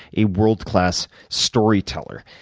a world class story teller,